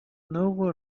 novo